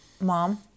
mom